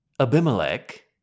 Abimelech